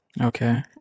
Okay